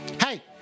Hey